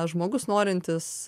žmogus norintis